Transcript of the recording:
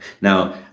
Now